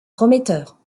prometteurs